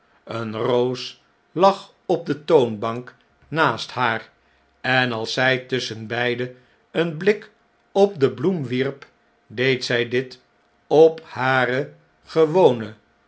eene roos lag op de toonbank naast haar en als zij tusschenbeide een blik op de bloem wierp deed zij dit op hare gewone